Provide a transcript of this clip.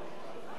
אינו נוכח